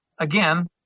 again